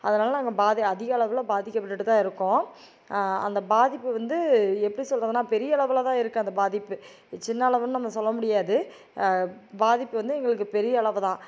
அதனால் நாங்கள் பாதி அதிக அளவில் பாதிக்க பட்டுக்கிட்டு தான் இருக்கோம் அந்த பாதிப்பு வந்து எப்படி சொல்கிறதுனா பெரிய அளவில் தான் இருக்குது அந்த பாதிப்பு சின்ன அளவுனு நம்ம சொல்ல முடியாது பாதிப்பு வந்து எங்களுக்கு பெரிய அளவுதான்